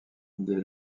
des